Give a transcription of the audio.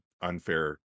unfair